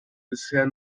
bisher